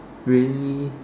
really